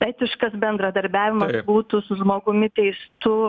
etiškas bendradarbiavimas būtų su žmogumi teistu